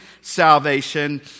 salvation